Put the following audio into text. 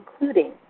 including